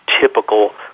typical